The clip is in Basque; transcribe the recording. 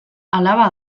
alaba